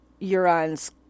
Euron's